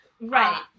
Right